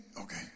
Okay